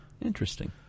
Interesting